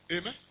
Amen